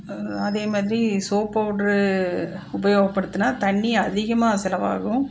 அதே மாதிரி soap powder உபயோகப்படுத்தினா தண்ணி அதிகமாக செலவாகும்